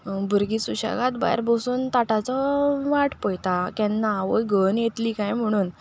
भुरगीं सुशेगाद भायर बसून ताटाचो वाट पळयता केन्ना आवय घेवन येतली कांय म्हणून